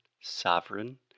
Sovereign